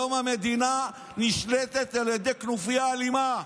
היום המדינה נשלטת על ידי כנופיה אלימה.